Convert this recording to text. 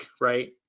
right